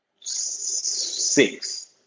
six